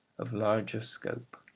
of larger scope.